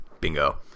Bingo